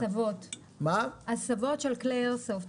הסבות של כלי איירסופט.